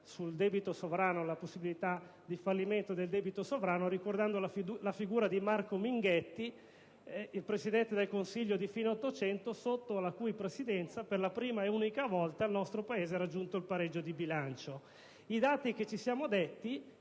dibattito, sulla possibilità di fallimento del debito sovrano, ricordando la figura di Marco Minghetti, il Presidente del Consiglio di fine '800 sotto la cui Presidenza, per la prima e unica volta, il nostro Paese ha raggiunto il pareggio di bilancio. I dati che ci siamo detti